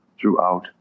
throughout